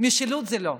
משילות זה לא.